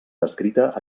descrita